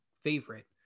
favorite